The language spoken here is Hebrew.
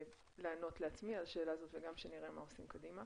לענות לעצמי על השאלה הזאת וגם שנראה מה עושים קדימה.